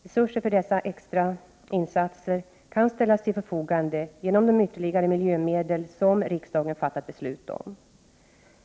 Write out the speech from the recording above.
Resurser för dessa extra insatser kan ställas till förfogande genom de ytterligare miljömedel som riksdagen fattat beslut om.